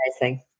amazing